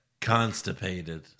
constipated